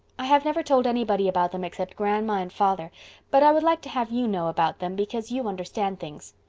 i have never told anybody about them except grandma and father but i would like to have you know about them because you understand things.